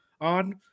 on